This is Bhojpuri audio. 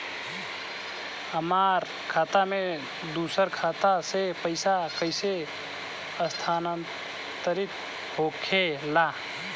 हमार खाता में दूसर खाता से पइसा कइसे स्थानांतरित होखे ला?